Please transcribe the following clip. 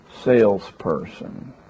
salesperson